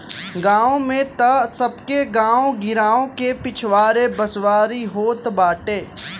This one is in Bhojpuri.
गांव में तअ सबके गांव गिरांव के पिछवारे बसवारी होत बाटे